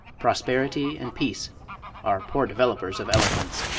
prosperity and peace are poor developers of eloquence.